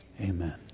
amen